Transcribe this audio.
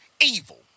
evil